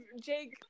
jake